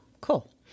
Cool